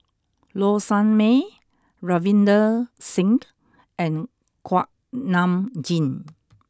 Low Sanmay Ravinder Singh and Kuak Nam Jin